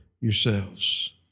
yourselves